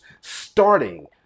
starting